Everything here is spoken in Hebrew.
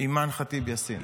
אימאן ח'טיב יאסין.